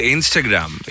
Instagram